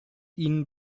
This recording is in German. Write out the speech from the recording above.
ihnen